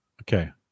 okay